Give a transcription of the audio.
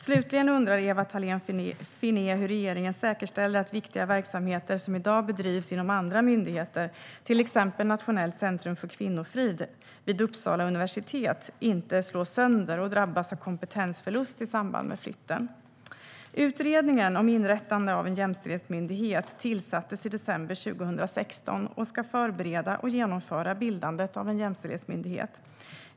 Slutligen undrar Ewa Thalén Finné hur regeringen säkerställer att viktiga verksamheter som i dag bedrivs inom andra myndigheter, till exempel Nationellt centrum för kvinnofrid vid Uppsala universitet, inte slås sönder och drabbas av kompetensförluster i samband med flytten. Utredningen om inrättande av en jämställdhetsmyndighet tillsattes i december 2016 och ska förbereda och genomföra bildandet av en jämställdhetsmyndighet.